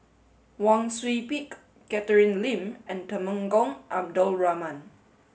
Wang Sui Pick Catherine Lim and Temenggong Abdul Rahman